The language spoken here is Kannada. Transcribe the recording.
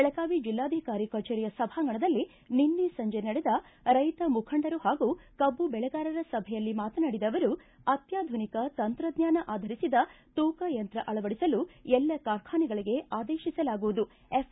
ಬೆಳಗಾವಿ ಜಿಲ್ಲಾಧಿಕಾರಿ ಕಚೇರಿಯ ಸಭಾಂಗಣದಲ್ಲಿ ನಿನ್ನೆ ಸಂಜೆ ನಡೆದ ರೈತ ಮುಖಂಡರು ಪಾಗೂ ಕಬ್ಬು ಬೆಳೆಗಾರರ ಸಭೆಯಲ್ಲಿ ಮಾತನಾಡಿದ ಅವರು ಅತ್ತಾಧುನಿಕ ತಂತ್ರಜ್ಞಾನ ಆಧರಿಸಿದ ತೂಕಯಂತ್ರ ಅಳವಡಿಸಲು ಎಲ್ಲ ಕಾರ್ಖಾನೆಗಳಿಗೆ ಆದೇಶಿಸಲಾಗುವುದು ಎಫ್